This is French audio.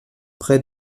près